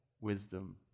wisdom